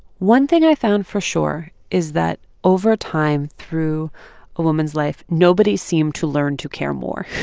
one thing i found for sure is that over time through a woman's life, nobody seemed to learn to care more